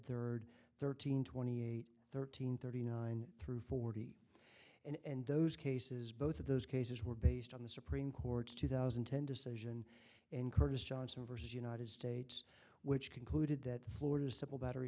third thirteen twenty eight thirteen thirty nine through forty eight and those cases both of those cases were based on the supreme court's two thousand and ten decision and curtis johnson versus united states which concluded that florida's simple battery